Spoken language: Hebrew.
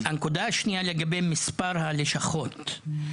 כרגע אנשים לא באים עם אשרות כי אין